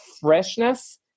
freshness